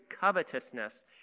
covetousness